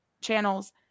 channels